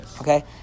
Okay